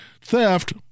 Theft